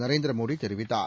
நரேந்திரமோடி தெரிவித்தார்